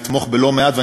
לתמוך בלא מעט,